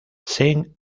saint